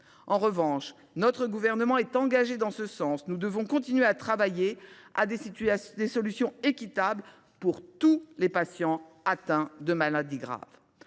En revanche, et le Gouvernement est engagé en ce sens, nous devons continuer de travailler à des solutions équitables pour tous les patients atteints de maladies graves.